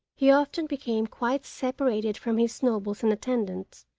he often became quite separated from his nobles and attendants,